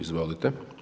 Izvolite.